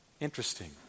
Interesting